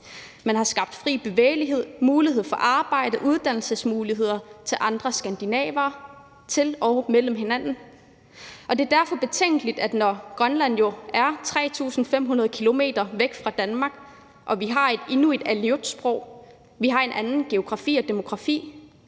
Man har skabt fri bevægelighed, mulighed for at arbejde og uddannelsesmuligheder for andre skandinaver landene imellem. Når Grønland jo ligger 3.500 km væk fra Danmark, og når vi har et inuit-aleut-sprog, vi har en anden geografi og demografi,